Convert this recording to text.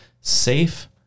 safe